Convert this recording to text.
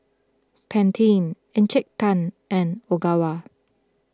Pantene Encik Tan and Ogawa